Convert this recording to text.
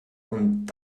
und